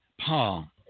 Paul